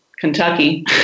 Kentucky